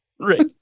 right